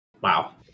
Wow